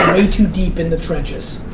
way to deep in the trenches,